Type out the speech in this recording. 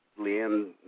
Leanne